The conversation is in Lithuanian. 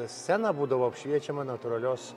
scena būdavo apšviečiama natūralios